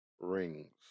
Rings